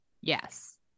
yes